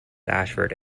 ashford